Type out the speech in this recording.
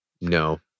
No